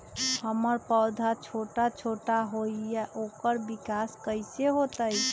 हमर पौधा छोटा छोटा होईया ओकर विकास कईसे होतई?